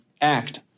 act